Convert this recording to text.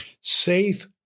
safe